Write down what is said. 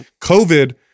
COVID